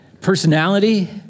personality